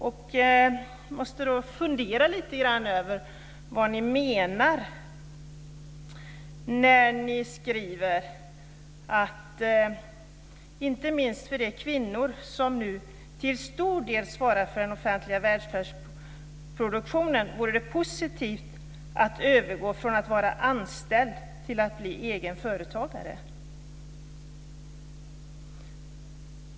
Jag måste då fundera lite grann över vad ni menar när ni skriver följande: "Inte minst för de kvinnor som nu till stor del svarar för den offentliga välfärdsproduktionen vore det positivt att övergå från att vara anställd till att bli egen företagare."